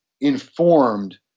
informed